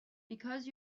because